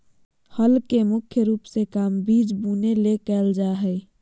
हल के मुख्य रूप से काम बिज बुने ले कयल जा हइ